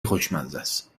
خوشمزست